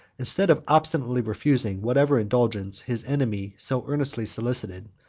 instead of obstinately refusing whatever indulgence his enemy so earnestly solicited,